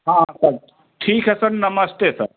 हाँ हाँ सर ठीक है सर नमस्ते सर